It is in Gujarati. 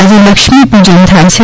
આજે લક્ષ્મીપૂજન થાય છે